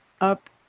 up